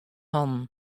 hannen